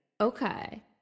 Okay